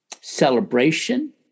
celebration